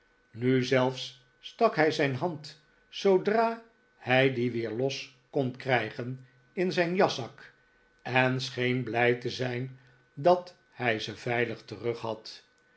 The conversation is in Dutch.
nu zelfs stak hij zijn hand zoodra hij die weer los kon krijgen in zijn jaszak en scheen blij te zijn dat hij ze veilig terug had